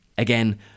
Again